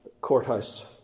Courthouse